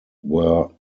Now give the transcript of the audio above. were